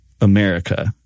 America